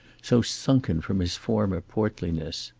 so sunken from his former portliness.